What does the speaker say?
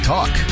Talk